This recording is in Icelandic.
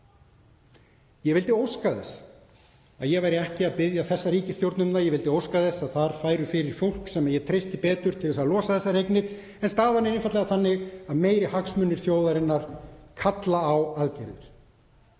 Ég vildi óska þess að ég væri ekki að biðja þessa ríkisstjórn um það. Ég vildi óska þess að fyrir henni færi fólk sem ég treysti betur til þess að losa þessar eignir, en staðan er einfaldlega þannig að meiri hagsmunir þjóðarinnar kalla á aðgerðir.